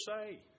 say